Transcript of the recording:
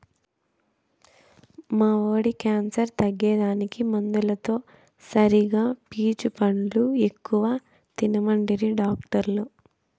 మా వోడి క్యాన్సర్ తగ్గేదానికి మందులతో సరిగా పీచు పండ్లు ఎక్కువ తినమంటిరి డాక్టర్లు